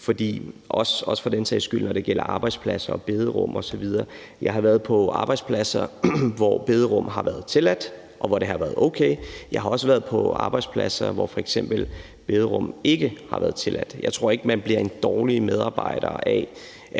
skal man for den sags skyld også have, når det gælder arbejdspladser og bederum osv. Jeg har været på arbejdspladser, hvor bederum har været tilladt, og hvor det har været okay, og jeg har også været på arbejdspladser, hvor f.eks. bederum ikke har været tilladt. Jeg tror ikke, man bliver en dårligere medarbejder af,